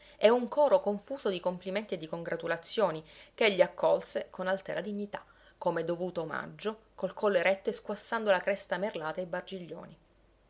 e un coro confuso di complimenti e di congratulazioni che egli accolse con altera dignità come dovuto omaggio col collo eretto e squassando la cresta merlata e